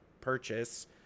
purchase